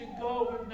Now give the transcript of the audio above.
go